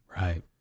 Right